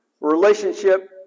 relationship